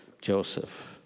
Joseph